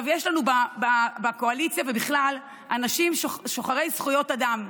יש לנו בקואליציה ובכלל אנשים שוחרי זכויות אדם.